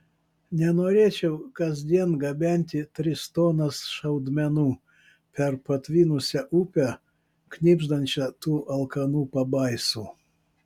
nenorėčiau kasdien gabenti tris tonas šaudmenų per patvinusią upę knibždančią tų alkanų pabaisų